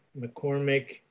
McCormick